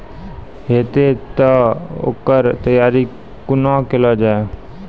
हेतै तअ ओकर तैयारी कुना केल जाय?